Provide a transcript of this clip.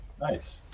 Nice